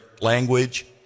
language